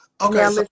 Okay